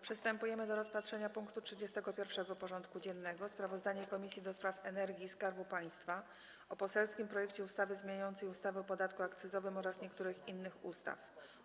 Przystępujemy do rozpatrzenia punktu 31. porządku dziennego: Sprawozdanie Komisji do Spraw Energii i Skarbu Państwa o poselskim projekcie ustawy zmieniającej ustawę o zmianie ustawy o podatku akcyzowym oraz niektórych innych ustaw,